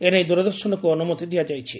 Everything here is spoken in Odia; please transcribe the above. ଏନେଇ ଦିରଦର୍ଶନକୁ ଅନୁମତି ଦିଆଯାଇଛି